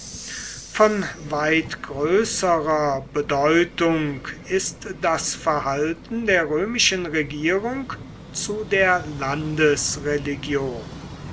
von weit größerer bedeutung ist das verhalten der römischen regierung zu der